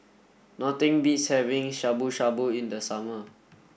nothing beats having Shabu Shabu in the summer